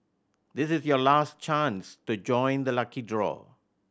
this is your last chance to join the lucky draw